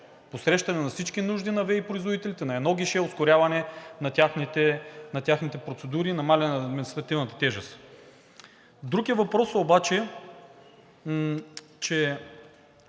посрещане на всички нужди на ВЕИ производителите на едно гише, ускоряване на техните процедури и намаляване на административната тежест. Друг е въпросът обаче, че